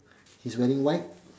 he's wearing white